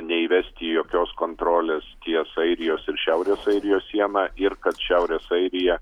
neįvesti jokios kontrolės ties airijos ir šiaurės airijos siena ir kad šiaurės airija